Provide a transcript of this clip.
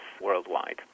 worldwide